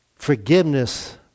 Forgiveness